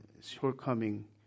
shortcoming